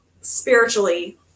spiritually